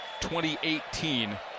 2018